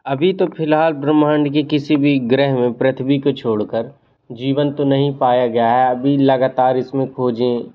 अभी तो फ़िलहाल ब्रह्माण्ड के किसी भी ग्रह में पृथ्वी को छोड़ कर जीवन तो नहीं पाया गया है अभी लगातार इस में खोजें